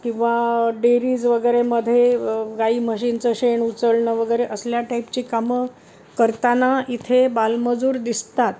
किंवा डेरीज वगैरेमध्ये गाई म्हशींचं शेण उचलणं वगैरे असल्या टाईपची कामं करताना इथे बालमजूर दिसतात